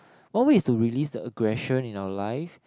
one way is to release the aggression in our life